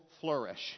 flourish